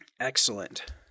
Excellent